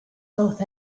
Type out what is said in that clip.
both